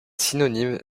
synonyme